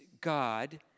God